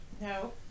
No